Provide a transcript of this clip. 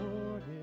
Lord